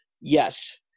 Yes